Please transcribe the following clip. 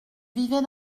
vivais